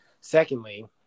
Secondly